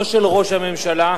לא של ראש הממשלה,